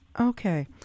Okay